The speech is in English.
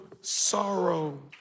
sorrow